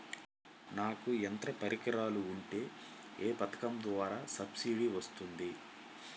నాకు యంత్ర పరికరాలు ఉంటే ఏ పథకం ద్వారా సబ్సిడీ వస్తుంది?